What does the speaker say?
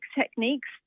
techniques